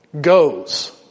goes